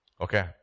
Okay